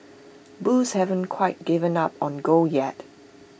bulls haven't quite given up on gold yet